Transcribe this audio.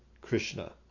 Krishna